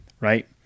right